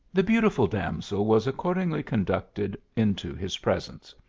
the beautiful damsel was accordingly conducted into his presence.